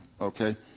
okay